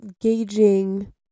gauging